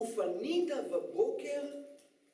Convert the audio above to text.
ופנית בבוקר